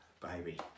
baby